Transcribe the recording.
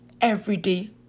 everyday